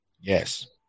Yes